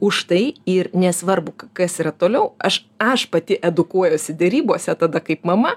užtai ir nesvarbu kas yra toliau aš aš pati edukuojuosi derybose tada kaip mama